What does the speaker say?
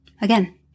Again